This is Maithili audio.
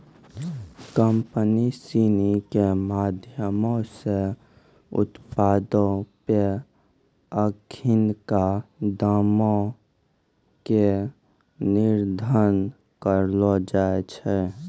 कंपनी सिनी के माधयमो से उत्पादो पे अखिनका दामो के निर्धारण करलो जाय छै